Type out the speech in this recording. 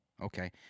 Okay